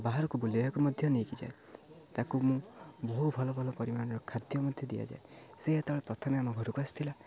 ବାହାରକୁ ବୁଲିବାକୁ ମଧ୍ୟ ନେଇକି ଯାଏ ତାକୁ ମୁଁ ବହୁ ଭଲ ଭଲ ପରିମାଣର ଖାଦ୍ୟ ମଧ୍ୟ ଦିଆଯାଏ ସେ ଯେତେବେଳେ ପ୍ରଥମେ ଆମ ଘରକୁ ଆସିଥିଲା